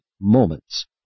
moments